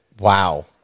Wow